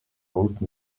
route